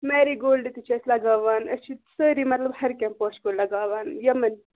میری gold تہِ چھِ أسۍ لَگاوان أسۍ چھِ سٲری مطلب ہَر کیٚنٛہہ پوشہِ کُلۍ لَگاوان یِمَن